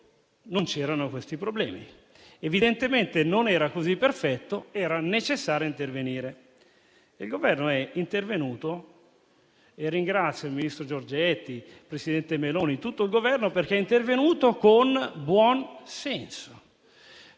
stati questi problemi. Evidentemente non era così perfetto ed era necessario intervenire. Il Governo è intervenuto e ringrazio il ministro Giorgetti, il presidente Meloni e tutto il Governo, perché lo ha fatto con buon senso,